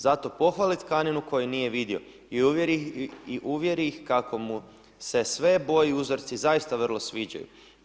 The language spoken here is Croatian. Zato pohvali tkaninu koju nije vidio i uvjeri ih kako mu se sve boje i uzorci zaista vrlo sviđaju.